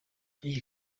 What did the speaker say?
iyi